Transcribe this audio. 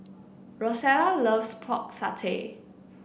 Rosella loves Pork Satay